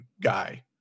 guy